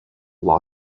law